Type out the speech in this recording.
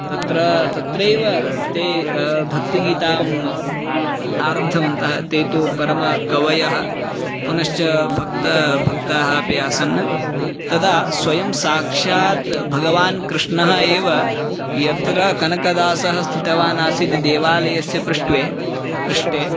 तत्र तत्रैव ते भक्तिगीताम् आरब्धवन्तः ते तु परमकवयः पुनश्च भक्तः भक्ताः अपि आसन् तदा स्वयं साक्षात् भगवान् कृष्णः एव यत्र कनकदासः स्थितवान् आसीत् देवालयस्य पृष्ठे पृष्ठे